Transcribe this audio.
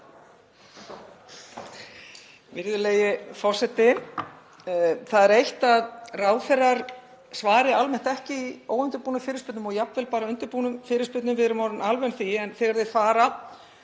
Virðulegi forseti. Það er eitt að ráðherrar svari almennt ekki í óundirbúnum fyrirspurnum og jafnvel bara undirbúnum fyrirspurnum. Við erum orðin alvön því. En þegar þeir fara